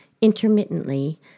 intermittently